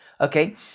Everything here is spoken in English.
Okay